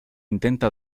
intenta